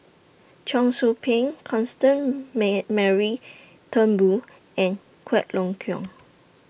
Cheong Soo Pieng Constance Mary Turnbull and Quek Ling Kiong